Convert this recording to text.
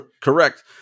Correct